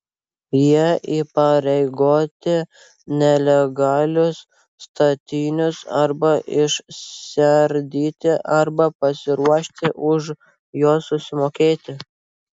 jie įpareigoti nelegalius statinius arba išsiardyti arba pasiruošti už juos susimokėti